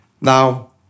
Now